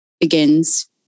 begins